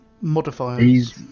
modifiers